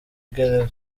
gereza